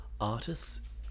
artists